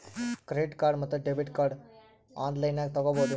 Credit card ಮತ್ತು debit card ಆನ್ ಲೈನಾಗ್ ತಗೋಬಹುದೇನ್ರಿ?